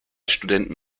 studenten